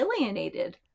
alienated